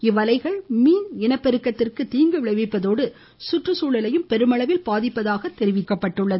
இவ்வலைகள் இனப்பெருக்கத்திற்கு தீங்கு விளைவிப்பதோடு சுற்றுச்சூழலையும் பெருமளவில் பாதிப்பதாக தெரிவிக்கப்பட்டுள்ளது